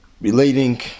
relating